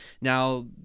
Now